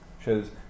shows